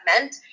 meant